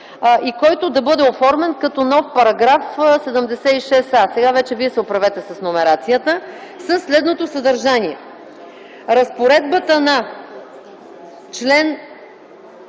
и който да бъде оформен като нов § 76а – сега вече вие се оправете с номерацията, със следното съдържание: „Разпоредбата на чл.